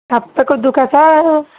सबैको दुखः छ